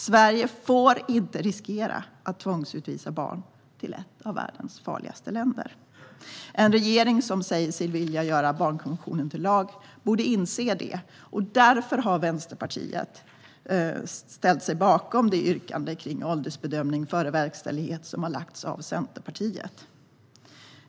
Sverige får inte riskera att tvångsutvisa barn till ett av världens farligaste länder. En regering som säger sig vilja göra barnkonventionen till lag borde inse detta. Därför har Vänsterpartiet ställt sig bakom det yrkande om åldersbedömning före verkställighet som lagts fram av Centerpartiet.